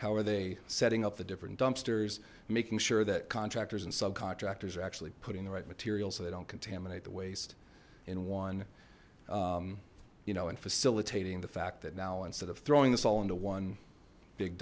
how are they setting up the different dumpsters making sure that contractors and subcontractors are actually putting the right material so they don't contaminate the waste in one you know and facilitating the fact that now instead of throwing this all into one big